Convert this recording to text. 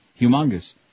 Humongous